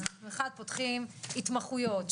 אז 1. פותחים התמחויות,